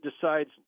decides